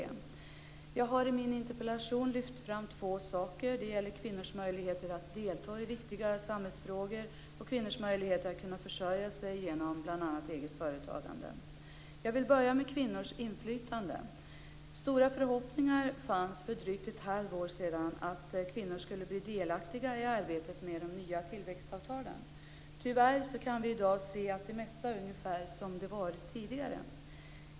Jag har i min interpellation lyft fram två saker. Det gäller kvinnors möjligheter att delta i viktiga samhällsfrågor och kvinnors möjligheter att försörja sig genom bl.a. eget företagande. Jag vill börja med kvinnors inflytande. Det fanns stora förhoppningar för drygt ett halvår sedan om att kvinnor skulle bli delaktiga i arbetet med de nya tillväxtavtalen. Tyvärr kan vi i dag se att det mesta är ungefär som det varit tidigare.